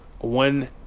one